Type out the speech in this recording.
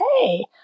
hey